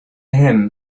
him